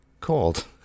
called